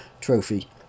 trophy